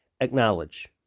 acknowledge